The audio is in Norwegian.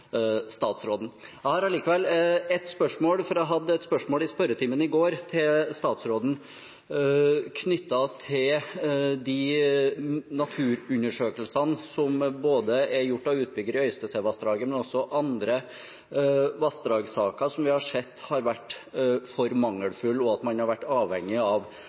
statsråden. Jeg har likevel ett spørsmål. Jeg hadde et spørsmål i spørretimen i går til statsråden om de naturundersøkelsene som er gjort av utbyggere i Øystesevassdraget, men også andre vassdragssaker som vi har sett har vært for mangelfulle, og der man har vært avhengig av